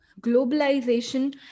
globalization